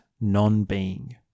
non-being